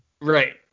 Right